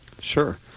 Sure